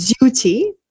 duty